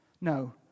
No